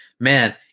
man